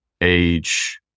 age